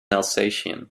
alsatian